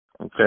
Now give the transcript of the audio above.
Okay